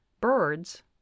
Birds